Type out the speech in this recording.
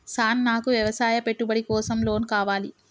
Sir నాకు వ్యవసాయ పెట్టుబడి కోసం లోన్ కావాలి?